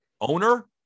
Owner